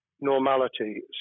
normality